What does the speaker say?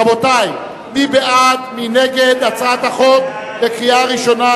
רבותי, מי בעד, מי נגד הצעת החוק בקריאה ראשונה?